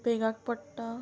उपेगाक पडटा